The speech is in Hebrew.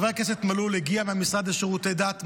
חבר הכנסת מלול הגיע מהמשרד לשירותי דת,